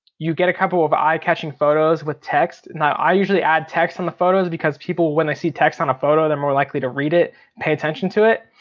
you get a couple of eye catching photos with text. now i usually add text on the photos, because people when they see text on a photo, they're more likely to read it and pay attention to it.